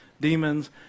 demons